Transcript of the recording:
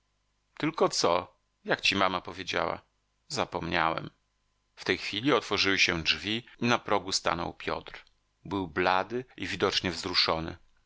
tylko co jak ci mama powiedziała zapomniałem w tej chwili otworzyły się drzwi i na progu stanął piotr był blady i widocznie wzruszony